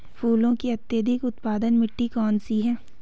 फूलों की अत्यधिक उत्पादन मिट्टी कौन सी है?